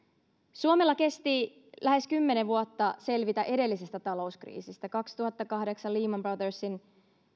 suomella kesti lähes kymmenen vuotta selvitä edellisestä talouskriisistä kaksituhattakahdeksan lehman brothersin